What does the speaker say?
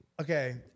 Okay